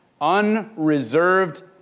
Unreserved